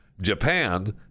Japan